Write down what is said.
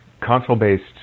console-based